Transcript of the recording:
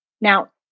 now